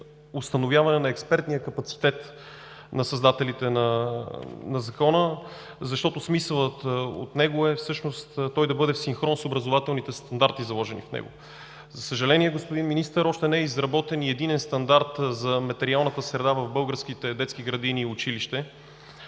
установяване на експертния капацитет на създателите на Закона, защото смисълът от него е всъщност той да бъде в синхрон с образователните стандарти, заложени в него. За съжаление, господин Министър, още не е изработен и единен стандарт за материалната среда в българските детски градини и училища,